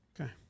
Okay